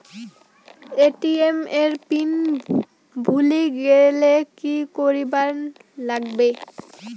ATM এর pin ভুলি গেলে কি করিবার লাগবে?